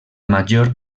major